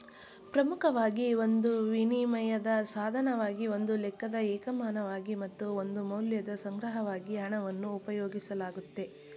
ಪ್ರಮುಖವಾಗಿ ಒಂದು ವಿನಿಮಯದ ಸಾಧನವಾಗಿ ಒಂದು ಲೆಕ್ಕದ ಏಕಮಾನವಾಗಿ ಮತ್ತು ಒಂದು ಮೌಲ್ಯದ ಸಂಗ್ರಹವಾಗಿ ಹಣವನ್ನು ಉಪಯೋಗಿಸಲಾಗುತ್ತೆ